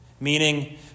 meaning